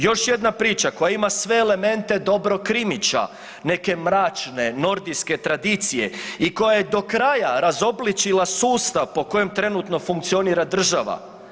Još jedna priča koja ima sve elemente dobrog krimića, neke mračne, nordijske tradicije i koja je do kraja razobličila sustav po kojem trenutno funkcionira država.